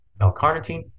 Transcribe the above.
l-carnitine